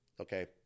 Okay